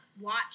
watch